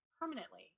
permanently